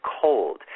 cold